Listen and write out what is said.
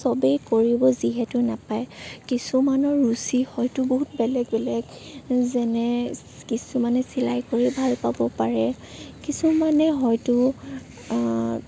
সবেই কৰিব যিহেতু নাপায় কিছুমানৰ ৰুচি হয়তো বহুত বেলেগ বেলেগ যেনে কিছুমানে চিলাই কৰি ভাল পাব পাৰে কিছুমানে হয়তো